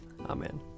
Amen